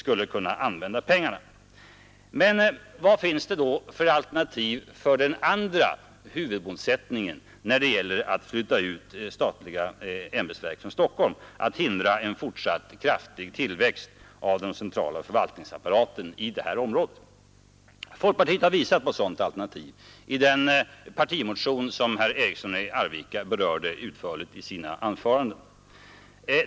Men vilka alternativ finns det då om man vill infria den andra huvudmålsättningen när det gäller att flytta ut statliga ämbetsverk från Stockholm: att hindra en fortsatt kraftig tillväxt av den centrala förvaltningsapparaten i det här området? Folkpartiet har visat på ett sådant alternativ i den partimotion som herr Eriksson i Arvika berörde utförligt i sina anföranden.